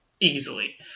easily